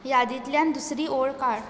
यादींतल्यान दुसरी ओळ काड